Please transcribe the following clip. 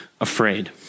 afraid